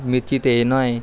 ਮਿਰਚੀ ਤੇਜ਼ ਨਾ ਹੋਏ